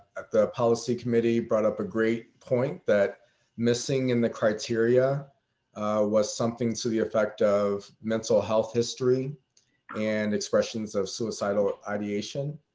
the policy committee brought up a great point that missing in the criteria was something to the effect of mental health history and expressions of suicidal ideation.